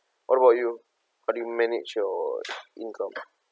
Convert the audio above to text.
what about you how do you manage your income